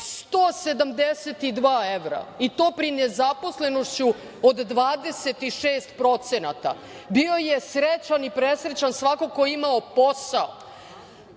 172 evra, i to pri nezaposlenošću od 26%. Bio je srećan i presrećan svako ko je imao posao,